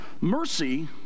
Mercy